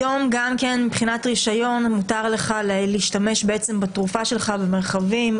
היום גם כן מבחינת רישיון מותר לך להשתמש בעצם בתרופה שלך במרחבים.